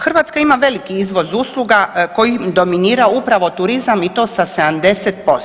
Hrvatska ima veliki izvoz usluga kojim dominira upravo turizam i to sa 70%